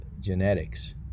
genetics